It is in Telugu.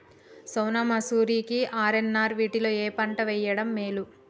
సోనా మాషురి కి ఆర్.ఎన్.ఆర్ వీటిలో ఏ పంట వెయ్యడం మేలు?